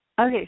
Okay